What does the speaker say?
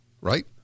right